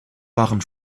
waren